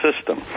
system